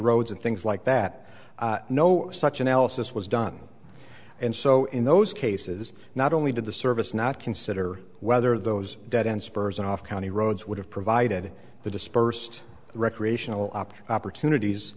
roads and things like that no such analysis was done and so in those cases not only did the service not consider whether those dead and spurs and off county roads would have provided the dispersed recreational option opportunities